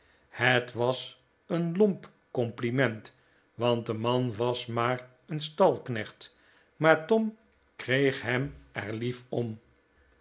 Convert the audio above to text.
het was een lomp compliment want de man was maar een stalknecht maar tom kreeg hem er lief om